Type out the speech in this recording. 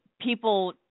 people